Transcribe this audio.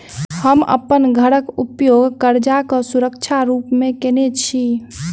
हम अप्पन घरक उपयोग करजाक सुरक्षा रूप मेँ केने छी